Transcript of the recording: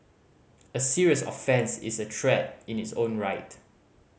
a serious offence is a threat in its own right